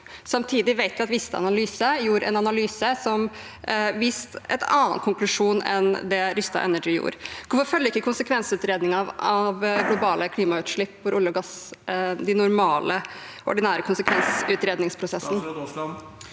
Samtidig vet vi at Vista Analyse gjorde en analyse som viste en annen konklusjon enn det Rystad Energy gjorde. Hvorfor følger ikke konsekvensutredningen av globale klimautslipp for olje og gass de normale, ordinære konsekvensutredningsprosessene?